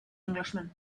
englishman